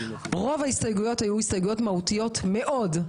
רוב ההסתייגויות היו הסתייגויות מהותיות מאוד.